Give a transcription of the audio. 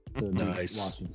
Nice